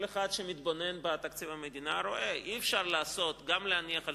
כל אחד שמתבונן בתקציב המדינה רואה: אי-אפשר גם להניח על